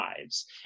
Lives